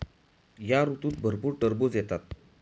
या ऋतूत भरपूर टरबूज येतात